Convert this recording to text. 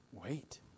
wait